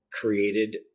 created